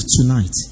tonight